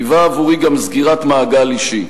היווה עבורי גם סגירת מעגל אישי: